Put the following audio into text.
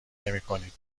نمیکنید